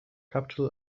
capital